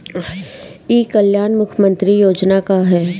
ई कल्याण मुख्य्मंत्री योजना का है?